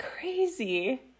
crazy